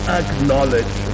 acknowledge